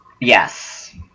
Yes